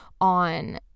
on